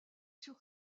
sur